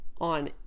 on